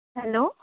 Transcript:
hello